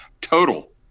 Total